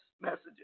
messages